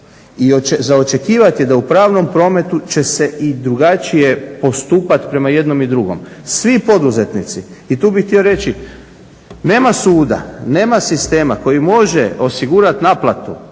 I za očekivati je da u pravnom prometu će se i drugačije postupati prema jednom i drugom. Svi poduzetnici, i tu bih htio reći nema suda, nema sistema koji može osigurati naplatu,